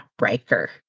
Riker